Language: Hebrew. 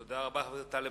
תודה רבה, חבר הכנסת טלב